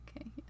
okay